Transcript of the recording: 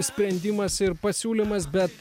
sprendimas ir pasiūlymas bet